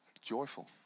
Joyful